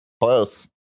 Close